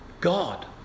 God